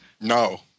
No